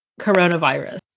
coronavirus